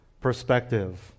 perspective